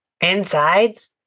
insides